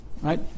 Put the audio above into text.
right